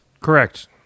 Correct